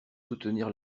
soutenir